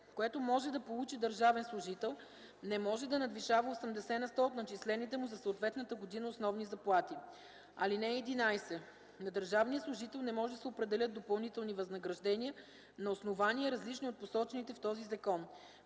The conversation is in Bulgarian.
което може да получи държавен служител, не може да надвишава 80 на сто от начислените му за съответната година основни заплати. (11) На държавния служител не може да се определят допълнителни възнаграждения на основания, различни от посочените в този закон.